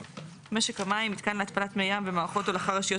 3. משק המים מיתקן להתפלת מי ים ומערכות הולכה ראשיות